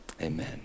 Amen